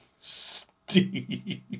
Steve